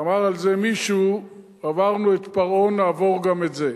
אמר על זה מישהו: עברנו את פרעה, נעבור גם את זה.